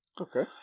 Okay